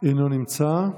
אינו נמצא.